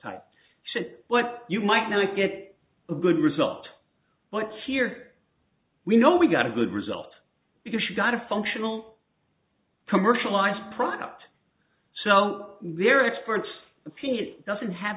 type shit what you might know i get a good result what's here we know we got a good result because you got a functional commercialized product so their expert opinion doesn't have